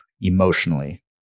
emotionally